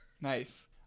Nice